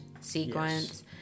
sequence